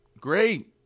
Great